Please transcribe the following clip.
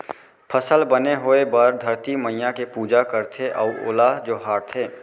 फसल बने होए बर धरती मईया के पूजा करथे अउ ओला जोहारथे